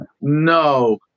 no